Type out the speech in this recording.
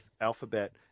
Alphabet